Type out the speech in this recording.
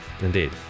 Indeed